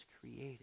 created